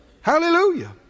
Hallelujah